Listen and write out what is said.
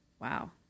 Wow